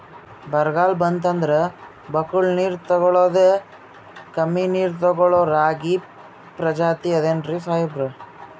ಬರ್ಗಾಲ್ ಬಂತಂದ್ರ ಬಕ್ಕುಳ ನೀರ್ ತೆಗಳೋದೆ, ಕಮ್ಮಿ ನೀರ್ ತೆಗಳೋ ರಾಗಿ ಪ್ರಜಾತಿ ಆದ್ ಏನ್ರಿ ಸಾಹೇಬ್ರ?